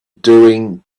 doing